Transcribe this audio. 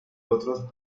otros